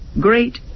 great